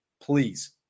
please